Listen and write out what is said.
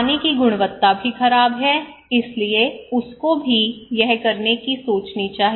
पानी की गुणवत्ता भी खराब है इसलिए उसको भी यह करने की सोचनी चाहिए